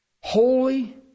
holy